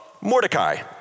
Mordecai